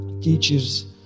teachers